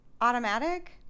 automatic